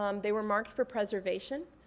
um they were marked for preservation.